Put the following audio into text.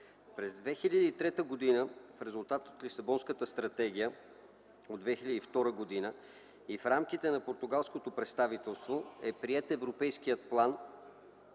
През 2003 г., в резултат от Лисабонската стратегия от 2002 г. и в рамките на португалското представителство, е приет Европейският план